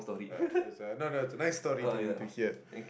uh that's why no no is a nice story to to hear